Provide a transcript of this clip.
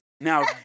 Now